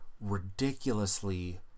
ridiculously